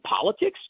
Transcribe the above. politics